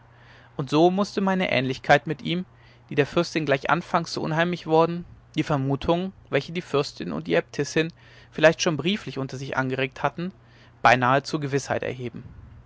und so mußte meine ähnlichkeit mit ihm die der fürstin gleich anfangs so unheimlich worden die vermutungen welche die fürstin und die äbtissin vielleicht schon brieflich unter sich angeregt hatten beinahe zur gewißheit erheben